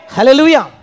Hallelujah